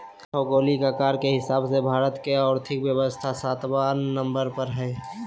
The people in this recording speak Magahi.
भौगोलिक आकार के हिसाब से भारत के और्थिक व्यवस्था सत्बा नंबर पर हइ